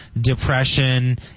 depression